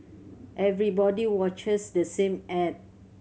everybody watches the same ad